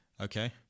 okay